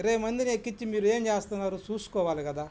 ఇరవై మందిని ఎక్కిచ్చి మీరేం చేస్తన్నారు చూసుకోవాలి కదా